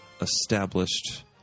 established